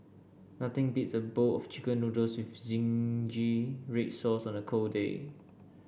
nothing beats a bowl of chicken noodles with zingy red sauce on a cold day